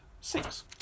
six